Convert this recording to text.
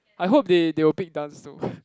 I hope they they will pick dance though